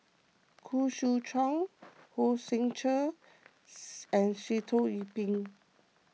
Khoo Swee Chiow Hong Sek Chern and Sitoh Yih Pin